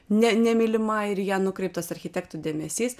ne nemylima ir į ją nukreiptas architektų dėmesys